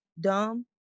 dumb